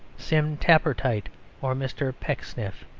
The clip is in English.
sim tappertit or mr. pecksniff.